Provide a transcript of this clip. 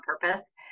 Purpose